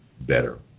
better